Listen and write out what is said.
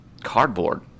cardboard